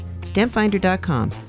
StampFinder.com